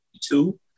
two